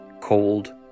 cold